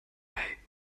away